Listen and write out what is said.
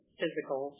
physical